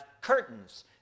curtains